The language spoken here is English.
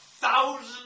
thousands